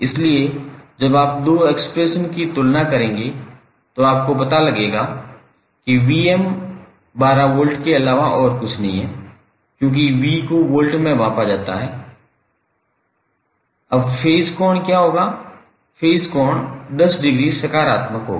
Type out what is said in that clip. इसलिए जब आप दो एक्सप्रेशन की तुलना करेंगे तो आपको पता चलेगा कि Vm 12 वोल्ट के अलावा और कुछ नहीं है क्योंकि V को वोल्ट में मापा जाता है अब फेज कोण क्या होगा फेज कोण 10 डिग्री सकारात्मक होगा